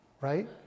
Right